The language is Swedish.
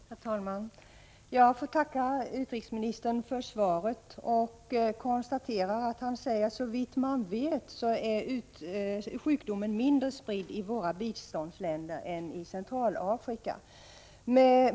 Herr talman! Jag tackar utrikesministern för svaret och konstaterar att han säger att sjukdomen såvitt man vet är mindre spridd i våra biståndsländer än i Centralafrika.